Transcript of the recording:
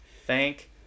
Thank